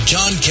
John